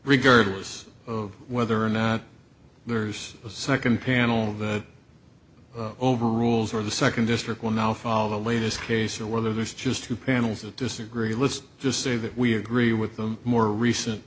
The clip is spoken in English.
rigorous of whether or not there's a second panel that overrules or the second district will now follow the latest case or whether there's just two panels that disagree let's just say that we agree with them more recent